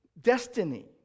destiny